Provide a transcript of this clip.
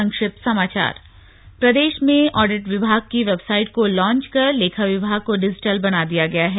संक्षिप्त समाचार प्रदेश में ऑडिट विभाग की वेबसाइट को लांच कर लेखा विभाग को डिजिटल बना दिया गया है